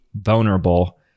vulnerable